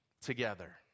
together